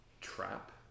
trap